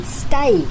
stay